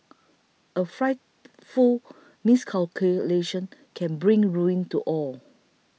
a frightful miscalculation can bring ruin to all